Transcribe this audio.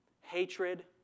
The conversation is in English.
hatred